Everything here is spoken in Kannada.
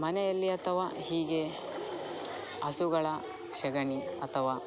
ಮನೆಯಲ್ಲಿ ಅಥವಾ ಹೀಗೆ ಹಸುಗಳ ಸಗಣಿ ಅಥವಾ